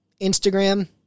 Instagram